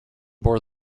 bore